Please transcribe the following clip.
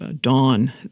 dawn